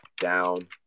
down